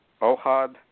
ohad